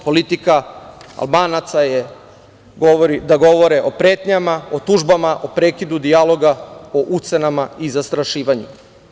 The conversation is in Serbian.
Politika Albanaca je da govore o pretnjama, o tužbama, o prekidu dijaloga, o ucenama i zastrašivanju.